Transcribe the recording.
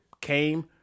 came